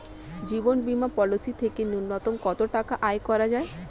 জীবন বীমা পলিসি থেকে ন্যূনতম কত টাকা আয় করা যায়?